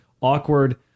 awkward